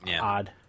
odd